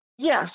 Yes